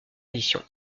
édition